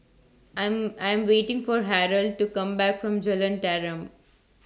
I'm I'm waiting For Harrold to Come Back from Jalan Tarum